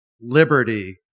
liberty